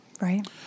Right